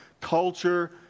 culture